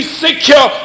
secure